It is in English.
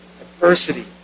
adversity